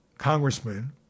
Congressman